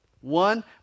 One